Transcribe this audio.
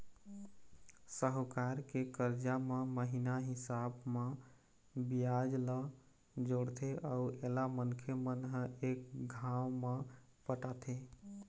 साहूकार के करजा म महिना हिसाब म बियाज ल जोड़थे अउ एला मनखे मन ह एक घांव म पटाथें